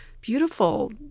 beautiful